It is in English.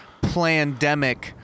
plandemic